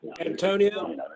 Antonio